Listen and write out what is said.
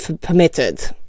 permitted